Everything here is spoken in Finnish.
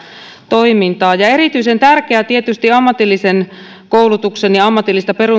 toimintaa ja erityisen tärkeää tietysti ammatillisen koulutuksen ja ammatillista